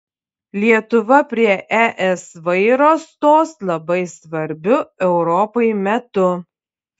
lietuva prie es vairo stos labai svarbiu europai metu